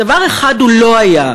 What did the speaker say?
דבר אחד הוא לא היה,